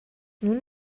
nun